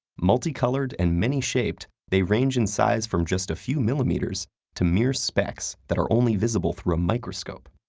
multi-colored and many-shaped, they range in size from just a few millimeters to mere specks that are only visible through a microscope.